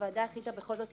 הוועדה בכל זאת